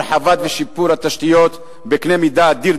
הרחבה ושיפור התשתיות בקנה מידה אדיר,